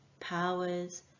powers